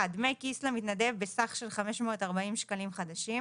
דמי כיס למתנדב בסך של 540 שקלים חדשים;